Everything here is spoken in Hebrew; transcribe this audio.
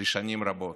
לשנים רבות,